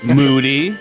moody